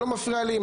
לא מפריע לי.